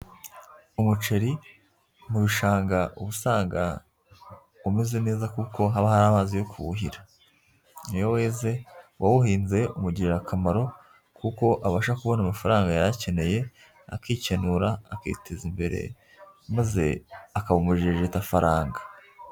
Umuceri mu bishanga uba usanga umeze neza kuko haba hari amazi yo kuwuhira, iyo weze uwawuhinze umugirira akamaro kuko abasha kubona amafaranga yarakeneye, akikenura akiteza imbere maze akaba umujejeta faranga.